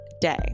day